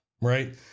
Right